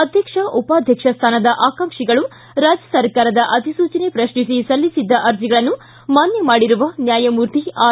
ಅಧ್ಯಕ್ಷ ಉಪಾಧ್ಯಕ್ಷ ಸ್ಥಾನದ ಆಕಾಂಕ್ಷಿಗಳು ರಾಜ್ಯ ಸರ್ಕಾರದ ಅಧಿಸೂಚನೆ ಪ್ರತ್ನಿಸಿ ಸಲ್ಲಿಸಿದ್ದ ಅರ್ಜಿಗಳನ್ನು ಮಾನ್ಯ ಮಾಡಿರುವ ನ್ಯಾಯಮೂರ್ತಿ ಆರ್